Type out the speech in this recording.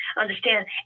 understand